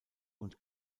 und